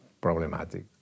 problematic